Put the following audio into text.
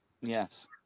Yes